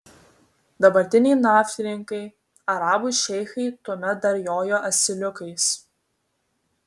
dabartiniai naftininkai arabų šeichai tuomet dar jojo asiliukais